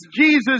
Jesus